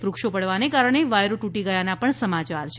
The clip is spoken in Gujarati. વૃક્ષો પડવાને કારણે વાયરો તૂટી ગયાના પણ સમાચાર છે